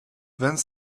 vingt